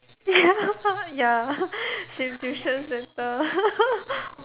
ya ya same tuition center